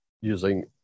using